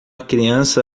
criança